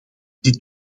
dit